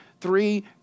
three